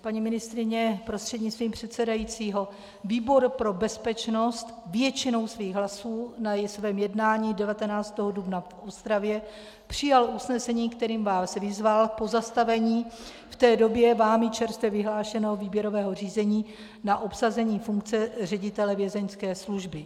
Paní ministryně prostřednictvím předsedajícího, výbor pro bezpečnost většinou svých hlasů na svém jednání 19. dubna v Ostravě přijal usnesení, kterým vás vyzval k pozastavení v té době vámi čerstvě vyhlášeného výběrového řízení na obsazení funkce ředitele Vězeňské služby.